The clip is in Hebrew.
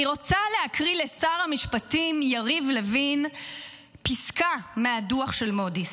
אני רוצה להקריא לשר המשפטים יריב לוין פסקה מהדוח של מודי'ס.